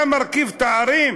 אתה מרכיב תארים,